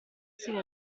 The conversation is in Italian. stile